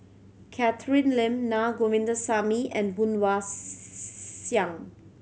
Catherine Lim Na Govindasamy and Woon Wah Siang